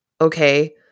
okay